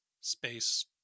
space